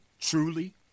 Truly